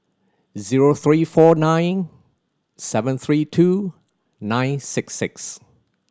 zero three four nine seven three two nine six six